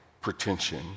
pretension